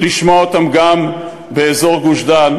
לשמוע אותן גם באזור גוש-דן,